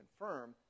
confirm